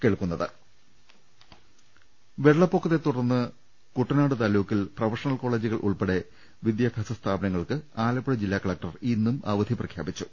്്്്്്്് വെള്ളപ്പൊക്കത്തെ തുടർന്ന് കുട്ടനാട് താലൂക്കിൽ പ്രൊഫഷണൽ കോളജ് ഉൾപ്പെ ടെ വിദ്യാഭ്യാസ സ്ഥാപനങ്ങൾക്ക് ആലപ്പുഴ ജില്ലാ കലക്ടർ ഇന്നും അവധി പ്രഖ്യാ പിച്ചു